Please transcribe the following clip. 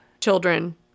children